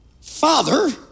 father